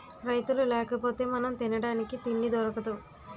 రైతులు లేకపోతె మనం తినడానికి తిండి దొరకదు